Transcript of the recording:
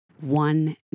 One